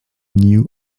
new